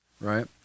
right